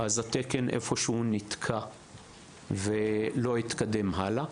התקן נתקע איפה שהוא, ולא התקדם הלאה.